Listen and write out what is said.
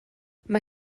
mae